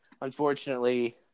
unfortunately